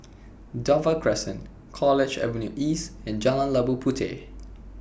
Dover Crescent College Avenue East and Jalan Labu Puteh